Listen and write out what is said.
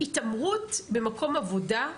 התעמרות במקום עבודה,